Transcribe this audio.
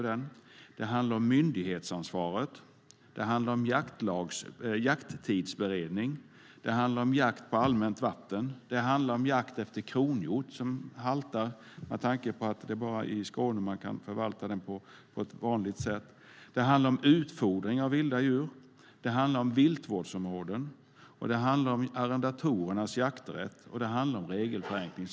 Det handlar om myndighetsansvaret, om en jakttidsberedning, om jakt på allmänt vatten, om jakt efter kronhjort, som haltar med tanke på att det är bara i Skåne man kan förvalta den på ett vanligt sätt. Det handlar vidare om utfodring av vilda djur, om viltvårdsområden, om arrendatorernas jakträtt och om regelförenkling.